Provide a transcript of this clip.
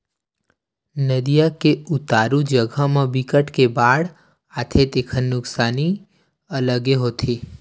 नदिया के उतारू जघा म बिकट के बाड़ आथे तेखर नुकसानी अलगे होथे